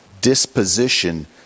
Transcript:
disposition